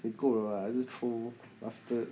你够了啦一直 troll bastard